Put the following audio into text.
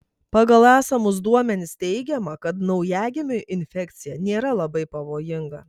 pagal esamus duomenis teigiama kad naujagimiui infekcija nėra labai pavojinga